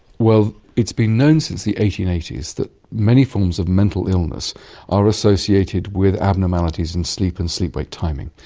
well, it's been known since the eighteen eighty s that many forms of mental illness are associated with abnormalities in sleep and sleep-wake timing.